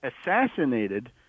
assassinated